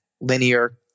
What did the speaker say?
linear